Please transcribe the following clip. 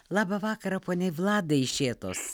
labą vakarą poniai vladai iš šėtos